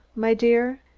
my dear,